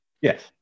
Yes